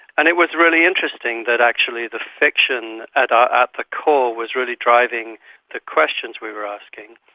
and it was really interesting that actually the fiction at um at the core was really driving the questions we were asking,